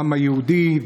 העם היהודי,